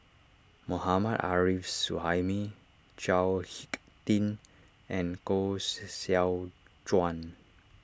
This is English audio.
Mohammad Arif Suhaimi Chao Hick Tin and Koh Seow Chuan